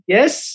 Yes